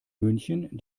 münchen